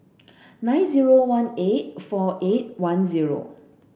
nine zero one eight four eight one zero